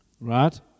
Right